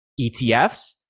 ETFs